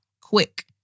quick